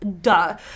Duh